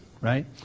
right